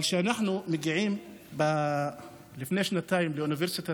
אבל כשאנחנו הגענו לפני שנתיים לאוניברסיטת